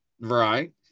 Right